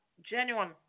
genuine